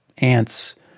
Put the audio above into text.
Ants